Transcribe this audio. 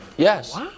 Yes